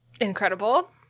Incredible